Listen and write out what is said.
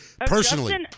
personally